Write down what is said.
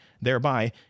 thereby